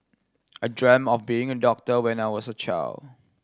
I dreamt of being a doctor when I was a child